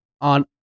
on